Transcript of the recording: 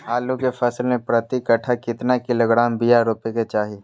आलू के फसल में प्रति कट्ठा कितना किलोग्राम बिया रोपे के चाहि?